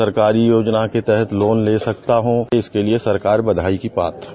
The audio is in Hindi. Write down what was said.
सरकारी योजना के तहत लोन ले सकता हूं इसके लिए सरकार बधाई की पात्र है